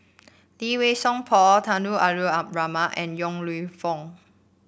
Lee Wei Song Paul Tunku Abdul Rahman and Yong Lew Foong